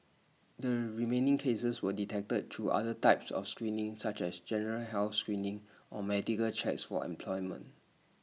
the remaining cases were detected through other types of screening such as general health screening or medical checks for employment